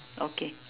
okay